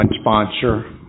sponsor